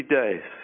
days